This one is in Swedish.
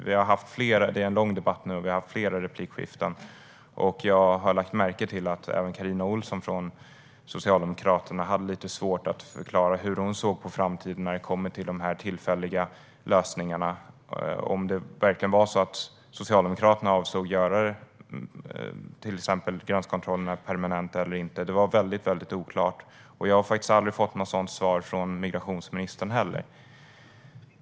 Det har varit en lång debatt, och det har varit flera replikskiften. Jag lade märke till att även Carina Ohlsson från Socialdemokraterna hade lite svårt att förklara hur hon såg på framtiden när det kommer till de tillfälliga lösningarna. Frågan är om Socialdemokraterna avser att göra gränskontrollerna permanenta eller inte. Det var mycket oklart. Jag har aldrig fått något svar från migrationsministern heller.